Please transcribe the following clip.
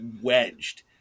wedged